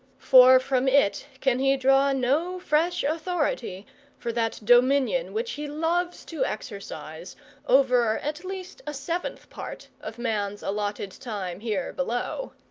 for from it can he draw no fresh authority for that dominion which he loves to exercise over at least a seventh part of man's allotted time here below.